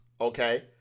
okay